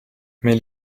meil